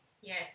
yes